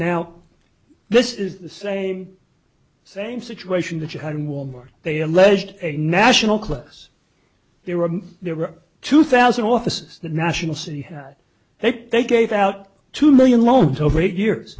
now this is the same same situation that you had in wal mart they alleged a national class they were there were two thousand offices the national city had they they gave out two million loans over eight years